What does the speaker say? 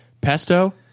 Pesto